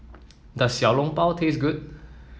does Xiao Long Bao taste good